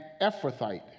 Ephrathite